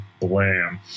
Blam